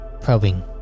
probing